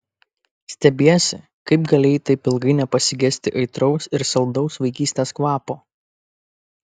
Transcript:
stebiesi kaip galėjai taip ilgai nepasigesti aitraus ir saldaus vaikystės kvapo